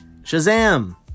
Shazam